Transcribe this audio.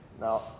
Now